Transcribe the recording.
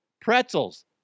Pretzels